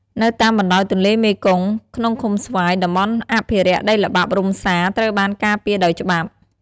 នៅតាមបណ្តោយទន្លេមេគង្គ ក្នុងឃុំស្វាយ តំបន់អភិរក្សដីល្បាប់រុំសា ត្រូវបានការពារដោយច្បាប់។